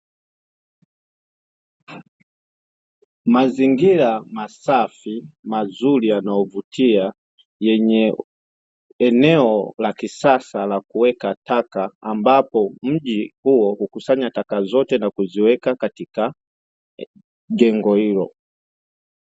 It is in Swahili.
Mazingira masafi mazuri yanayovutia yenye eneo la kisasa la kuweka taka, ambapo mji huo hukusanya taka zote na kuziweka katika jengo hilo.